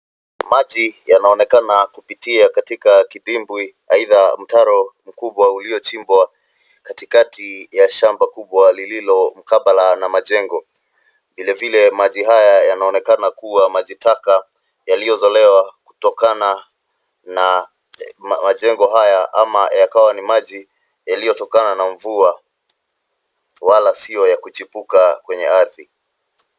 Maji yanaonekana kupitia katika kidimbwi aidha mtaro uliochimbwa katikati ya shamba kubwa lililo mkabala na majengo. Vilevile maji haya yanaonekana kuwa maji taka yaliyozolewa kutokana na majengo haya ama yakawa ni maji yaliotokana na mvua wala sio ya kuchipuka kwenye ardhi.